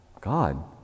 God